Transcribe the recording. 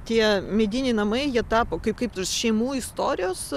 tie mediniai namai jie tapo kaip kaip šeimų istorijos